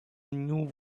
new